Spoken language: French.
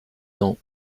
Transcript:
cents